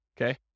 Okay